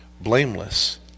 blameless